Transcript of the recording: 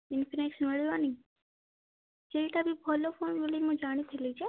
Infinix ମିଳିବନି ସେଇଟା ବି ଭଲ ଫୋନ୍ ବୋଲି ମୁଁ ଜାଣିଥିଲି ଯେ